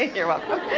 you're welcome.